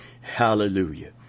Hallelujah